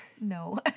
No